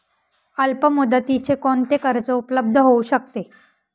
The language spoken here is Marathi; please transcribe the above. अल्पमुदतीचे कोणते कर्ज उपलब्ध होऊ शकते?